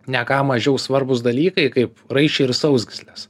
ne ką mažiau svarbūs dalykai kaip raiščiai ir sausgyslės